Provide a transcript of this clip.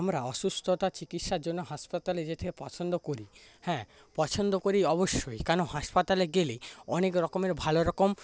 আমরা অসুস্থতা চিকিৎসার জন্য হাসপাতালে যেতে পছন্দ করি হ্যাঁ পছন্দ করি অবশ্যই কেন হাসপাতালে গেলে অনেকরকমের ভালোরকম